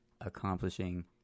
accomplishing